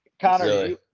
Connor